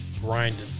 grinding